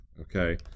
okay